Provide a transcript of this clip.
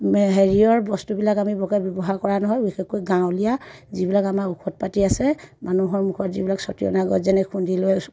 হেৰিয়ৰ বস্তুবিলাক আমি বৰকৈ ব্যৱহাৰ কৰা নহয় বিশেষকৈ গাঁৱলীয়া যিবিলাক আমাৰ ঔষধ পাতি আছে মানুহৰ মুখত যিবিলাক ছটিয়না গছ যেনে খুন্দি লৈ